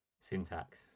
syntax